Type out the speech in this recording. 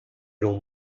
l’on